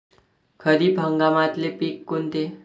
खरीप हंगामातले पिकं कोनते?